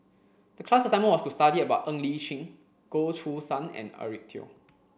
the class assignment was to study about Ng Li Chin Goh Choo San and Eric Teo